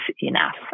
enough